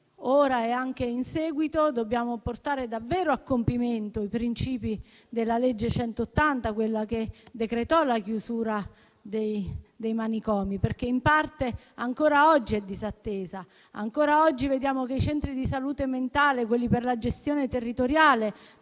ora e anche in seguito, dobbiamo portare davvero a compimento i principi della legge n. 180 del 1978, quella che decretò la chiusura dei manicomi, perché in parte ancora oggi è disattesa. Ancora oggi vediamo che i centri di salute mentale, quelli per la gestione territoriale